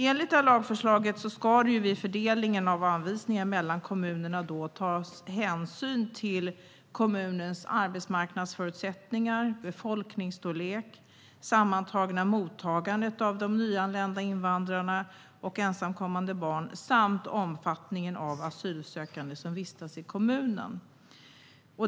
Enligt lagförslaget ska det vid fördelningen av anvisningarna till kommunerna tas hänsyn till kommunernas arbetsmarknadsförutsättningar, befolkningsstorlek och sammantagna mottagande av nyanlända invandrare och ensamkommande barn samt till omfattningen av asylsökande som vistas i kommunerna.